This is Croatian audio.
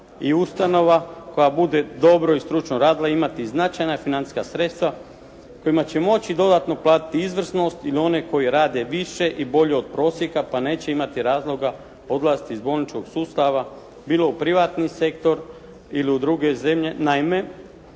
i ustanova koja bude dobro i stručno radila imati značajna financijska sredstva kojima će moći dodatno platiti izvrsnost ili one koji rade više i bolje od prosjeka, pa neće imati razloga odlaziti iz bolničkog sustava bilo u privatni sektor ili u druge zemlje.